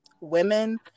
women